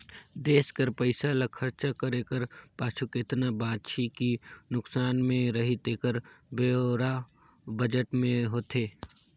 देस कर पइसा ल खरचा करे कर पाछू केतना बांचही कि नोसकान में रही तेकर ब्योरा बजट में होथे